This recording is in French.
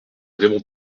raymond